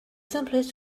someplace